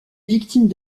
victimes